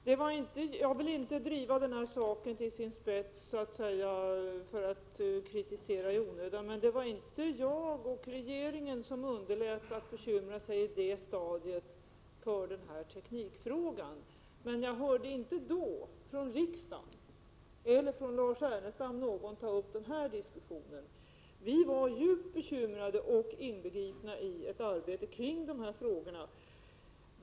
Herr talman! Jag vill inte driva denna sak till sin spets och kritisera i onödan. Men det var inte jag och regeringen som underlät att bekymra sig i det stadiet för teknikfrågan. Då det var aktuellt hörde jag emellertid inte Lars Ernestam eller någon annan från riksdagen ta upp denna diskussion. Vi var djupt bekymrade och inbegripna i ett arbete kring dessa frågor.